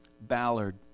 Ballard